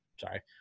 sorry